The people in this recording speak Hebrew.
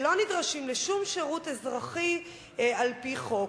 שלא נדרשים לשום שירות אזרחי על-פי חוק.